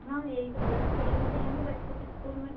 हाँ यही कलर में चाहिए वो क्या है ना बच्चों के स्कूल में